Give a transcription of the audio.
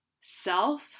self